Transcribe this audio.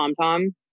TomTom